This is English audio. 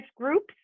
groups